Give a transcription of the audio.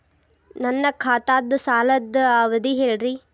ನನ್ನ ಖಾತಾದ್ದ ಸಾಲದ್ ಅವಧಿ ಹೇಳ್ರಿ